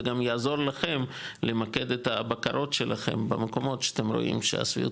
זה גם יעזור לכם למקד את הבקרות שלכם במקומות שאתם רואים שהשביעות